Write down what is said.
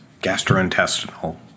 gastrointestinal